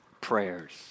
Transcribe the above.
prayers